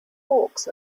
hawks